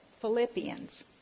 Philippians